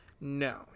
No